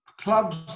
Clubs